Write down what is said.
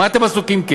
במה אתם כן עסוקים?